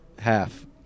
Half